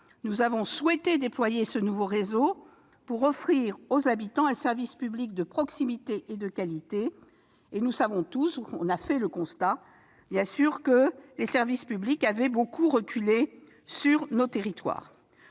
Nous avons souhaité déployer ce nouveau réseau pour offrir aux habitants de ces territoires un service public de proximité et de qualité. Nous avions tous fait le constat que les services publics avaient beaucoup reculé sur nos territoires.